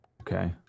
Okay